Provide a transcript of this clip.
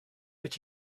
but